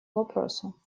вопросу